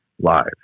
live